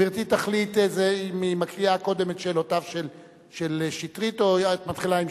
גברתי תחליט אם היא מקריאה קודם את שאלותיו של שטרית או את מתחילה עם